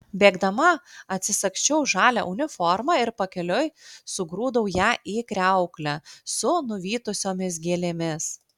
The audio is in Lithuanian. bėgdama atsisagsčiau žalią uniformą ir pakeliui sugrūdau ją į kriauklę su nuvytusiomis gėlėmis